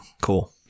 Cool